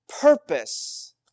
purpose